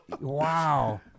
Wow